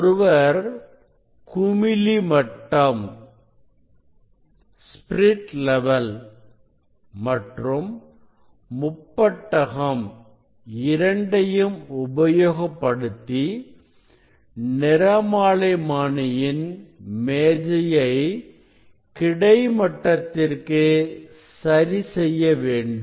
ஒருவர் குமிழி மட்டம் மற்றும் முப்பட்டகம் இரண்டையும் உபயோகப்படுத்தி நிறமாலைமானியின் மேஜையை கிடை மட்டத்திற்கு சரி செய்ய வேண்டும்